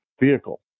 vehicle